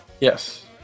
yes